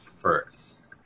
first